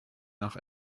nach